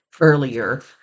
earlier